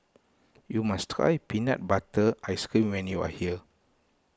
you must try Peanut Butter Ice Cream when you are here